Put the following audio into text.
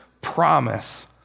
promise